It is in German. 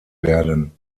werden